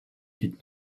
did